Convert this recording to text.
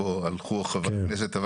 הלכו חברי הכנסת.